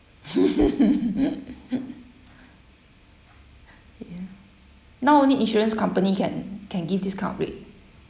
now only insurance company can can give this kind of rate